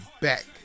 back